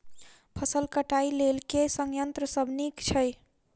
फसल कटाई लेल केँ संयंत्र सब नीक छै?